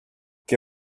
che